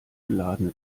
geladene